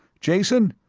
jason?